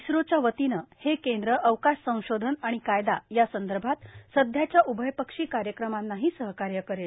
इम्रोच्या वतीनं हे केंद्र अवकाश संशोधन आणि कायदा या संदर्भात सध्याच्या उभयपक्षी कार्यक्रमांना सहकार्य करेल